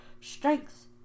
Strengths